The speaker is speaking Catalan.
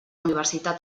universitat